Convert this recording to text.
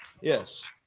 Yes